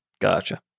Gotcha